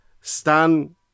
Stan